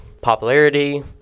popularity